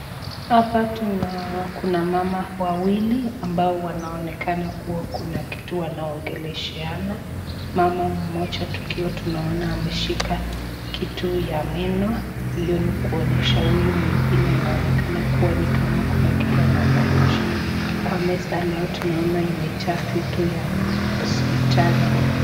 Hapa kuna mama wawili ambao wanaonekana kuwa kuna kitu wanaongelesheana. Mama mmoja, tukiwa tunaona ameshika kitu ya meno, hio ni kuonyesha huyu mwingine anaonekana kuwa nikama kuna kitu anamwonyesha. Kwa meza nayo tunaona imejaa vitu ya hospitali.